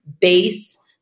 base